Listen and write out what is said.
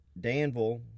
Danville